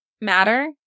matter